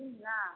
तीन ला